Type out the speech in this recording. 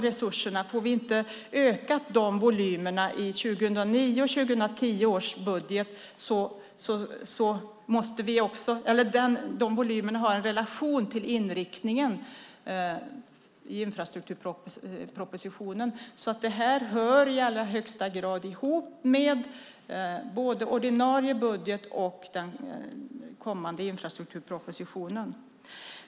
Volymerna i 2009 och 2010 års budget har en relation till inriktningen i infrastrukturpropositionen. Detta hör i allra högsta grad ihop med både ordinarie budget och kommande infrastrukturproposition.